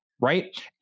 right